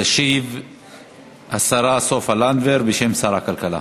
תשיב השרה סופה לנדבר, בשם שר הכלכלה.